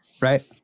right